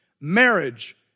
Marriage